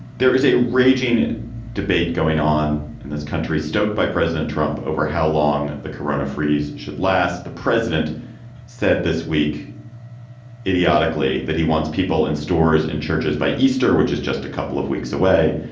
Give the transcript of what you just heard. there is a raging debate going on in this country stoked by president trump over how long the corona freeze should last. the president said this week idiotically that he wants people in stores and churches by easter, which is just a couple of weeks away.